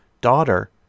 Daughter